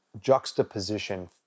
juxtaposition